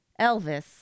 Elvis